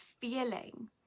feeling